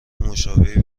مشابهی